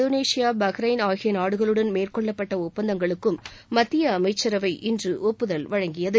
Indonesia Bahrain Cuba மேற்கொள்ளப்பட்ட ஒப்பந்தங்களுக்கும் மத்திய அமைச்சரவை ஒப்புதல் வழங்கியது